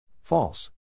False